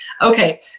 Okay